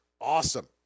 awesome